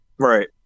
Right